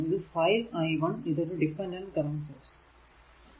ഇത് 5 i1 ഇതൊരു dependent current source ആണ്